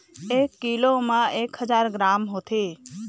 एक कीलो म एक हजार ग्राम होथे